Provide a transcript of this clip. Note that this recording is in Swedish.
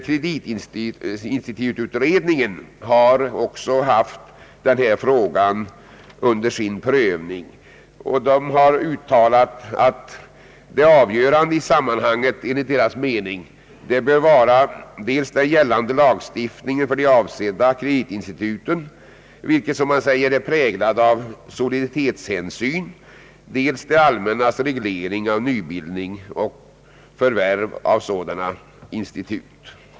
Kreditinstitututredningen har också haft denna fråga under sin prövning och uttalat att det avgörande i sammanhanget bör vara dels den gällande lagstiftningen för de avsedda kreditinstituten, vilken sägs vara präglad av soliditetshänsyn, dels det allmännas reglering av nybildning och förvärv av sådana institut.